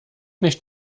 nicht